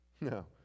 No